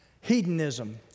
Hedonism